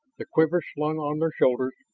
the quivers slung on their shoulders,